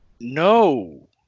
no